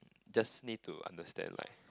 just need to understand like